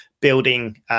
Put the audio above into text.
building